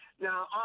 Now